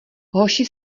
hoši